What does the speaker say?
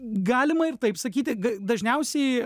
galima ir taip sakyti dažniausiai